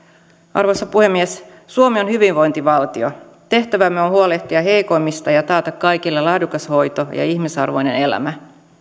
arvoisa puhemies suomi on hyvinvointivaltio tehtävämme on huolehtia heikoimmista ja taata kaikille laadukas hoito ja ihmisarvoinen elämä